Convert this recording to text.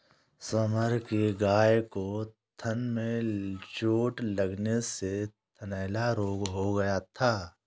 summer की गाय को थन में चोट लगने से थनैला रोग हो गया था